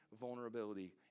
vulnerability